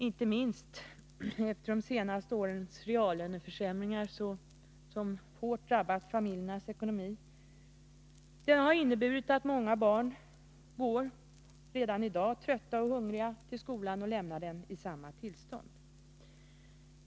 Inte minst de senaste årens reallöneförsämringar, som hårt har drabbat familjernas ekonomi, har inneburit att många barn redan i dag går trötta och hungriga till skolan och lämnar den i samma tillstånd.